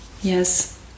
yes